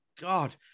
God